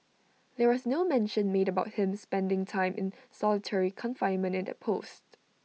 there was no mention made about him spending time in solitary confinement in that post